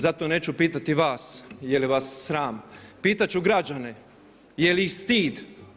Zato neću pitati vas je li vas sram, pitati ću građane, je li ih stid.